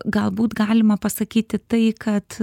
galbūt galima pasakyti tai kad